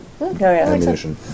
ammunition